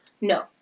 No